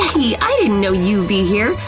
yay! i didn't know you'd be here!